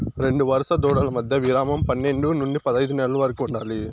రెండు వరుస దూడల మధ్య విరామం పన్నేడు నుండి పదైదు నెలల వరకు ఉండాలి